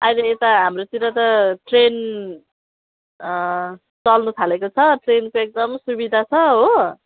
अहिले यता हाम्रोतिर त ट्रेन चल्नु थालेको छ ट्रेनको एकदम सुविधा छ हो